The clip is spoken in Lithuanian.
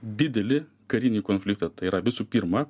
dideli karinį konfliktą tai yra visų pirma